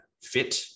fit